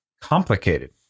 complicated